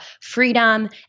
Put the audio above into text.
freedom